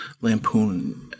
lampoon